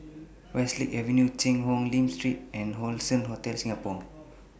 Westlake Avenue Cheang Hong Lim Street and Allson Hotel Singapore